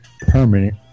permanent